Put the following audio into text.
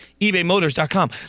eBayMotors.com